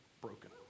broken